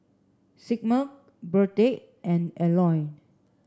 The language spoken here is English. Sigmund Burdette and Elenor